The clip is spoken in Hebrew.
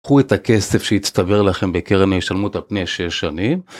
קחו את הכסף שהצטבר לכם בקרן השלמות על פני 6 שנים.